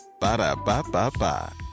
Ba-da-ba-ba-ba